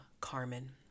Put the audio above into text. Carmen